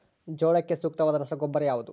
ಜೋಳಕ್ಕೆ ಸೂಕ್ತವಾದ ರಸಗೊಬ್ಬರ ಯಾವುದು?